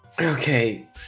Okay